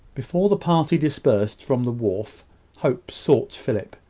before the party dispersed from the wharf hope sought philip,